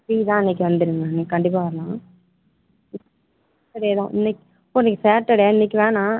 நீங்கள் தான் அன்னைக்கு வந்துடணும் நீங்கள் கண்டிப்பாக வரணும் அதேதான் இன்னைக் ஓ இன்னைக்கு சேர்கிட்டே இன்னைக்கு வேணா